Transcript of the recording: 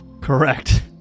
correct